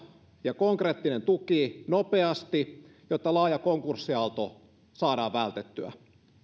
ja konkreettinen tuki nopeasti jotta laaja konkurssiaalto saadaan vältettyä